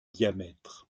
diamètre